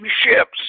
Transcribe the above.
ship's